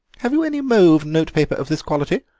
have you any mauve notepaper of this quality?